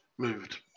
Moved